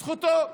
זכותו.